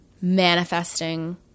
manifesting